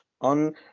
on